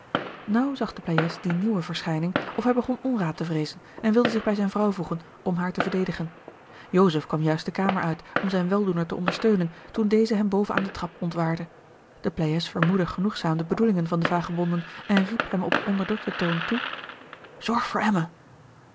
naauw zag de pleyes die nieuwe verschijning of hij begon onraad te vreezen en wilde zich bij zijne vrouw voegen om haar te verdedigen joseph kwam juist de kamer uit om zijn weldoener te ondersteunen toen deze hem boven aan den trap ontwaarde de pleyes vermoedde genoegzaam de bedoelingen van de vagebonden en riep hem op onderdrukten toon toe zorg voor